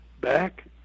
back